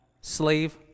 slave